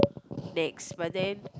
Nex but then